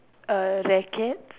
a rackets